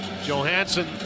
Johansson